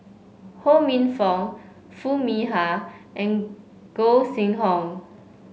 Ho Minfong Foo Mee Har and Gog Sing Hooi